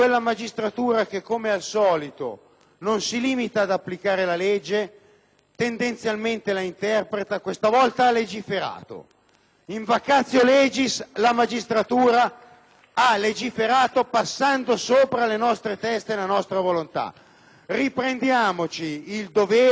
tendenzialmente la interpreta e, questa volta, ha legiferato. *(Applausi dai Gruppi LNP e PdL)*. In *vacatio legis*, la magistratura ha legiferato passando sopra le nostre teste e la nostra volontà. Riprendiamoci il dovere ed il diritto di legiferare e promulgare una nuova legge.